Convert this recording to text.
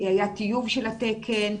היה תיוג של תקן,